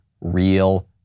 real